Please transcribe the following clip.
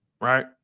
Right